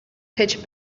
pitch